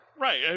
Right